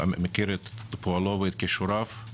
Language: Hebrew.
מכיר את פועלו ואת כישוריו.